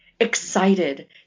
excited